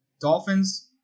Dolphins